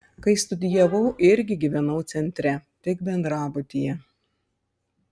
kai studijavau irgi gyvenau centre tik bendrabutyje